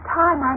time